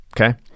Okay